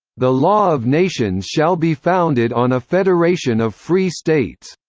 the law of nations shall be founded on a federation of free states